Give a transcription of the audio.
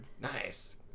Nice